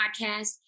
podcast